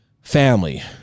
family